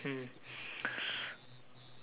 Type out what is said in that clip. hmm